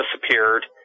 disappeared